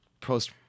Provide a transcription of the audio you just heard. post